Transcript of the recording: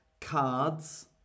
cards